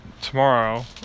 tomorrow